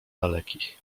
dalekich